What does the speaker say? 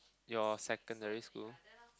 your secondary school